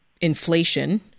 Inflation